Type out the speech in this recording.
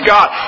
God